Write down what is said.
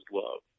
love